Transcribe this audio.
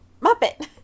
muppet